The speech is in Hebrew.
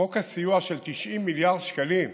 חוק הסיוע של 90 מיליארד שקלים,